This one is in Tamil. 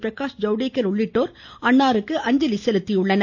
பிரகாஷ் ஜவ்தேக்கர் உள்ளிட்டோர் அன்னாருக்கு அஞ்சலி செலுத்தியுள்ளனர்